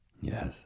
Yes